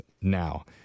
now